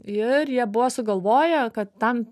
ir jie buvo sugalvoję kad tam